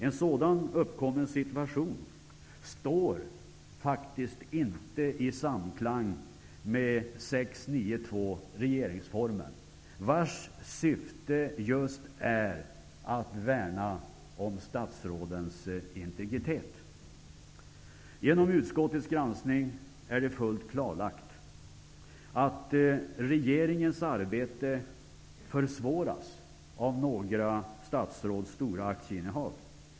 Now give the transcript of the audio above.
En sådan situation står faktiskt inte i samklang med 6 kap. 9 § regeringsformen vars syfte just är att värna om statsrådens integritet. Genom utskottets granskning är det fullt klarlagt att regeringens arbete försvåras av några statsråds stora aktieinnehav.